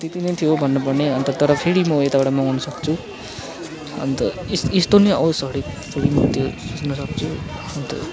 त्यति नै थियो भन्नु पर्ने अन्त तर फेरि म यताबाट मगाउनु सक्छु अन्त इस् यस्तो नि आओस् हरेक फिल्डमा त्यो भन्नसक्छु अन्त